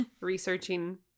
researching